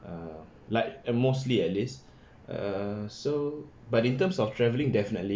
err like mostly at least err so but in terms of traveling definitely